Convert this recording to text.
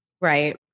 Right